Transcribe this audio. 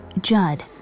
Judd